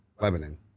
Lebanon